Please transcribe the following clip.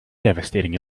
devastating